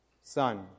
son